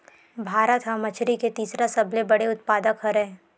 भारत हा मछरी के तीसरा सबले बड़े उत्पादक हरे